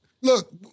look